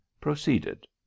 proceeded